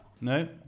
No